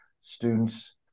students